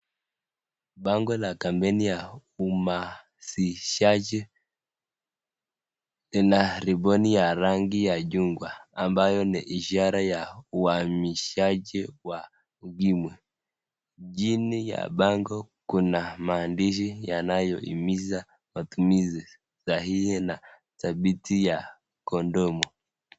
Bango la kampeni ya uhamasishaji ina riboni ya rangi ya chungwa ambayo ni ishara ya uhamasishaji wa Ukimwi. Chini ya bango kuna maandishi yanayohimiza matumizi sahihi na thabiti ya kondomu.